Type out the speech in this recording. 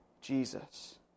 Jesus